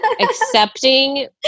accepting